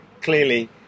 clearly